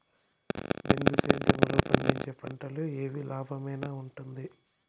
బిందు సేద్యము లో పండించే పంటలు ఏవి లాభమేనా వుంటుంది?